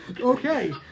Okay